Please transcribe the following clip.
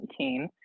2019